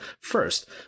first